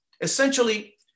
Essentially